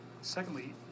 secondly